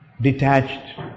detached